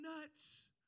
nuts